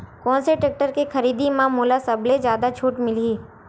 कोन से टेक्टर के खरीदी म मोला सबले जादा छुट मिलही?